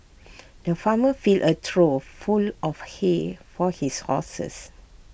the farmer filled A trough full of hay for his horses